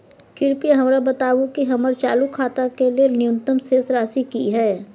कृपया हमरा बताबू कि हमर चालू खाता के लेल न्यूनतम शेष राशि की हय